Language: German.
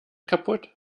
kaputt